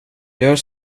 gör